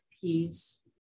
piece